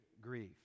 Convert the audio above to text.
grief